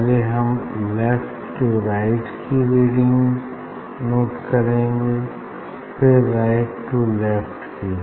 पहले हम left to right की रीडिंग नोट करेंगे फिर राइट टू लेफ्ट की